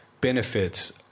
benefits